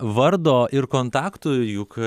vardo ir kontaktų juk